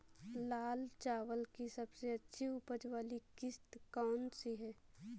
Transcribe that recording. लाल चावल की सबसे अच्छी उपज वाली किश्त कौन सी है?